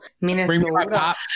Minnesota